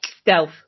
Stealth